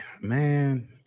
Man